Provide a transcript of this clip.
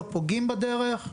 לא פוגעות בדרך,